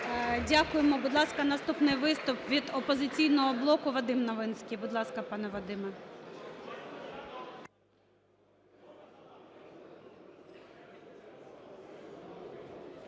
Дякуємо. Будь ласка, наступний виступ від "Опозиційний блоку" Вадим Новинський. Будь ласка, пане Вадиме.